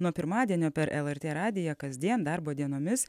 nuo pirmadienio per lrt radiją kasdien darbo dienomis